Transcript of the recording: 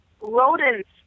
rodents